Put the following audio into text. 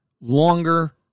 longer